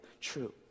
true